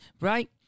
Right